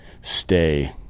stay